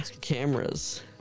cameras